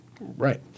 Right